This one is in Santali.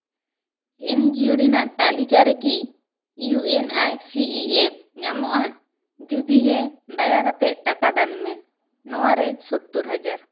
ᱮᱱᱡᱤᱭᱳ ᱨᱮᱱᱟᱜ ᱛᱟᱹᱞᱤᱠᱟ ᱨᱮᱠᱤ ᱤᱭᱩ ᱮᱱ ᱟᱭ ᱥᱤ ᱤ ᱮ ᱧᱟᱢᱚᱜᱼᱟ ᱡᱩᱫᱤ ᱜᱮ ᱫᱟᱭᱟ ᱠᱟᱛᱮ ᱴᱟᱠᱟ ᱫᱟᱱ ᱢᱮ ᱱᱚᱣᱟ ᱨᱮ ᱥᱳᱛᱛᱳᱨ ᱦᱟᱡᱟᱨ